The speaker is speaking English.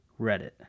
Reddit